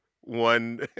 one